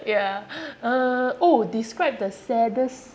yeah uh oh describe the saddest